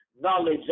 knowledge